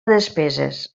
despeses